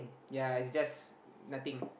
ya it's just nothing